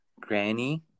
Granny